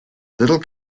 little